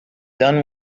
done